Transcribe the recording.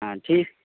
হ্যাঁ ঠিক